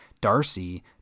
Darcy